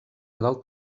del